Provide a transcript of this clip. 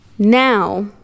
Now